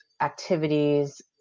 activities